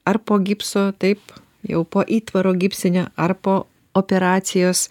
ar po gipso taip jau po įtvaro gipsinio ar po operacijos